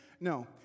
No